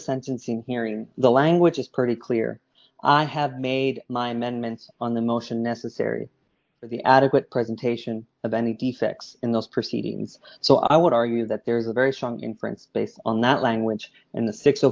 sentencing hearing the language is pretty clear i have made mine and on the motion necessary for the adequate presentation of any defects in those proceedings so i would argue that there is a very strong inference based on that language in the six